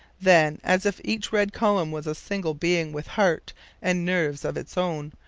then, as if each red column was a single being, with heart and nerves of its own,